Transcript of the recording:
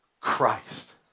Christ